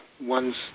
one's